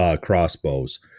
crossbows